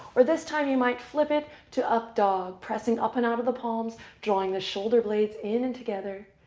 or this time you might flip it to up dog, pressing up and out of the palms, drawing the shoulder blades in and together.